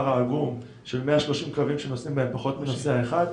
העגום של 130 קווים שנוסעים בהם פחות מנוסע אחד,